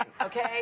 Okay